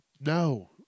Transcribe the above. no